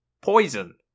Poison